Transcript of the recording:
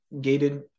gated